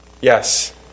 yes